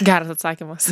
geras atsakymas